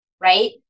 right